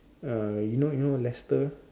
uh you know you know Lester